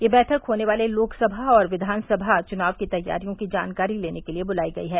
यह बैठक होने वाले लोकसभा और विघानसभा चुनाव की तैयारियों की जानकारी लेने के लिए बुलायी गई है